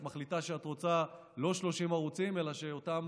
את מחליטה שאת רוצה לא 30 ערוצים אלא שאותם